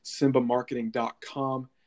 SimbaMarketing.com